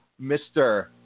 Mr